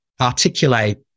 articulate